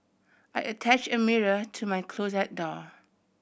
I attach a mirror to my closet door